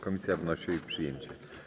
Komisji wnosi o jej przyjęcie.